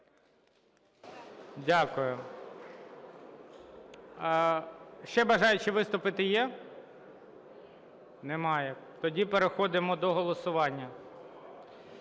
Дякую. Ще бажаючі виступити є? Немає. Тоді переходимо до голосування.